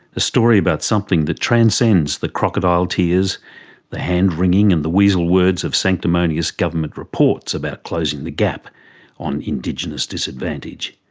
a story about something that transcends the crocodile tears, the hand wringing and the weasel words of sanctimonious government reports about closing the gap on indigenous disadvantage.